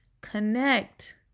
connect